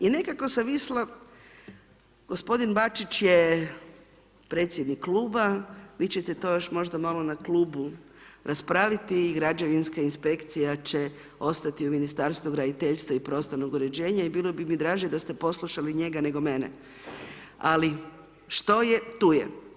I nekako sam mislila, gospodin Bačić je predsjednik kluba, vi ćete to još možda malo na klubu raspraviti i građevinska inspekcija će ostati u Ministarstvu graditeljstva i prostornog uređenja i bilo bi mi draže da ste poslušali njega, nego mene, ali što je, tu je.